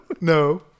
no